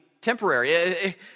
temporary